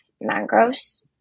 mangroves